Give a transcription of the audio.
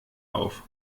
auf